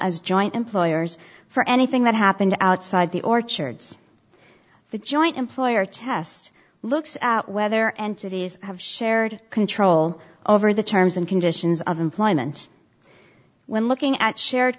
as joint employers for anything that happened outside the orchards the joint employer test looks at whether entities have shared control over the terms and conditions of employment when looking at shared